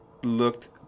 looked